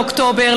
באוקטובר,